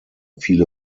viele